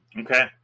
Okay